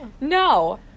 No